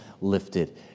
lifted